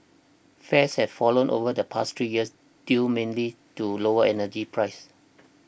fares have fallen over the past three years due mainly to lower energy prices